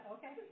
Okay